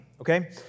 Okay